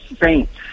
saints